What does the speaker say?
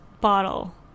bottle